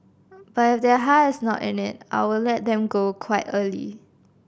but if their heart is not in it I will let them go quite early